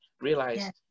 realized